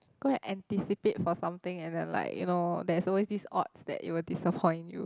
go and anticipate for something and then like you know there's always this odds that it will disappoint you